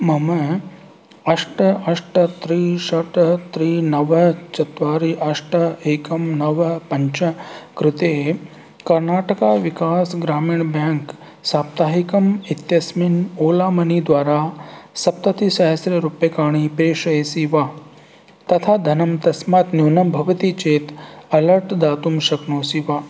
मम अष्ट अष्ट त्रि षट् त्रि नव चत्वारि अष्ट एकं नव पञ्च कृते कर्नाटका विकास् ग्रामीण ब्याङ्क् साप्ताहिकम् इत्यस्मिन् ओला मनी द्वारा सप्ततिसहस्ररूप्यकाणि प्रेषयसि वा तथा धनं तस्मात् न्यूनं भवति चेत् अलर्ट् दातुं शक्नोसि वा